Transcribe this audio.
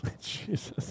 Jesus